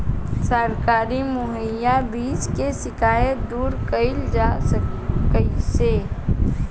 सरकारी मुहैया बीज के शिकायत दूर कईल जाला कईसे?